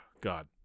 God